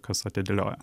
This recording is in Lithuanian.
kas atidėlioja